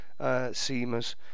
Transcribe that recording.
seamers